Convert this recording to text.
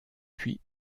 puis